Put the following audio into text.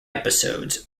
episodes